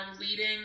leading